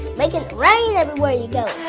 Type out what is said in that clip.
making it rain everywhere you go!